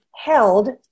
Held